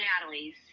Natalie's